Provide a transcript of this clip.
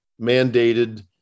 mandated